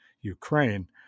Ukraine